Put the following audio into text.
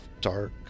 dark